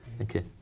Okay